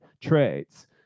traits